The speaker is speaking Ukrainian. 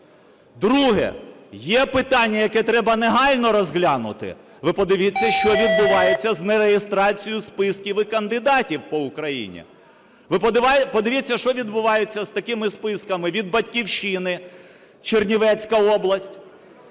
Друге. Є питання, яке треба негайно розглянути. Ви подивіться, що відбувається з нереєстрацією списків і кандидатів по Україні. Ви подивіться, що відбувається з такими списками від "Батьківщини" (Чернівецька область),